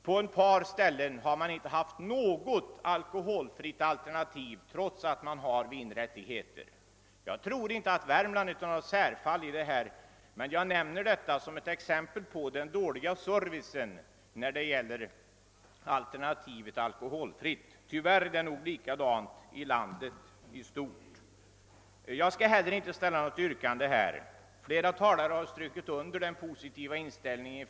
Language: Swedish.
På ett par ställen har man inte haft något alkoholfritt alternativ, trots att man har vinrättigheter. Jag nämner detta som ett exempel på den dåliga servicen när det gäller alternativet alkoholfritt. Jag tror inte att Värmland är något särfall. Tyvärr är det nog likadant i landet i stort. Jag skall inte ställa något yrkande. Flera talare har understrukit utskottets positiva inställning.